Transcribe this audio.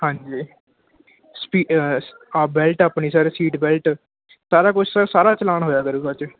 ਹਾਂਜੀ ਸਪੀ ਆਹ ਬੈਲਟ ਆਪਣੀ ਸਰ ਸੀਟ ਬੈਲਟ ਸਾਰਾ ਕੁਝ ਸਰ ਸਾਰਾ ਚਲਾਣ ਹੋਇਆ ਕਰੇਗਾ ਅੱਜ